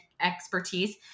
expertise